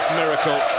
miracle